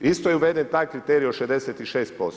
Isto je uveden taj kriterij od 66%